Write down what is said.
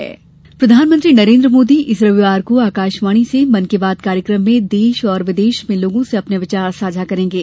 मन की बात प्रधानमंत्री नरेन्द्र मोदी इस रविवार को आकाशवाणी से मन की बात कार्यक्रम में देश और विदेश में लोगों से अपने विचार साझा करेंगे